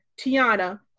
Tiana